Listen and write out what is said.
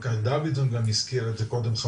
חבר הכנסת דוידסון הזכיר את זה קודם,